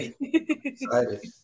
Excited